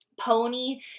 pony